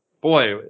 boy